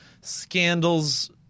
scandals